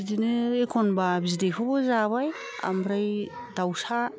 बिदिनो एखनब्ला बिदैखौबो जाबाय ओमफ्राय दावसा